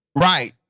Right